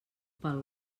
pel